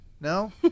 no